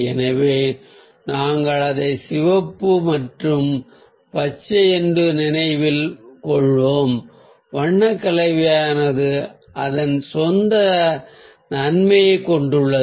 எனவே நாங்கள் அதை சிவப்பு மற்றும் பச்சை என்று நினைவில் கொள்வோம் வண்ண கலவையானது அதன் சொந்த நன்மையைக் கொண்டுள்ளது